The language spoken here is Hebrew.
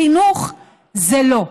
חינוך זה לא.